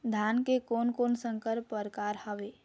धान के कोन कोन संकर परकार हावे?